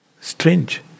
strange